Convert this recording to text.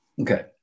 Okay